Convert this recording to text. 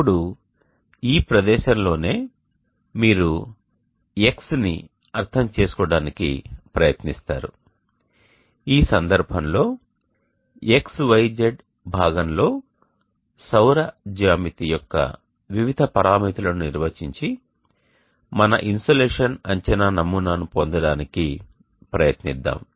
ఇప్పుడు ఈ ప్రదేశంలోనే మీరు Xని అర్థం చేసుకోవడానికి ప్రయత్నిస్తారు ఈ సందర్భంలో XYZ భాగం లో సౌర జ్యామితి యొక్క వివిధ పరామితులను నిర్వచించి మన ఇన్సోలేషన్ అంచనా నమూనాను పొందడానికి ప్రయత్నిద్దాం